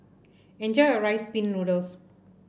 enjoy your Rice Pin Noodles